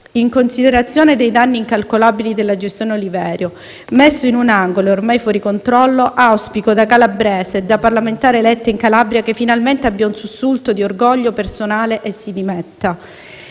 In considerazione dei danni incalcolabili della gestione Oliverio, messo in un angolo e ormai fuori controllo, auspico da calabrese e da parlamentare eletta in Calabria che, finalmente, abbia un sussulto di orgoglio personale e si dimetta.